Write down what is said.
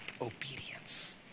obedience